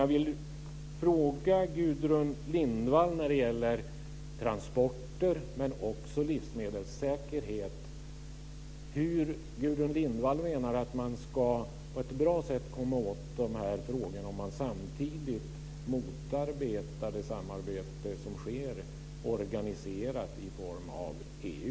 Jag vill fråga Gudrun Lindvall, när det gäller transporter men också livsmedelssäkerhet, hur hon menar att man på ett bra sätt ska komma åt dessa frågor om man samtidigt motarbetar det samarbete som sker organiserat i form av EU.